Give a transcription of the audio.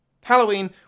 Halloween